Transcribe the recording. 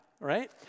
Right